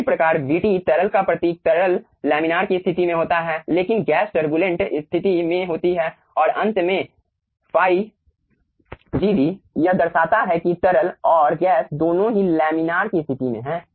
इसी प्रकार vt तरल का प्रतीक तरल लैमिनार की स्थिति में होता है लेकिन गैस टर्बूलेंट स्थिति में होती है और अंत में ϕgv यह दर्शाता है कि तरल और गैस दोनों ही लैमिनार की स्थिति में हैं